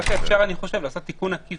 אני חושב שאפשר לעשות תיקון עקיף